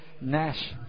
Nash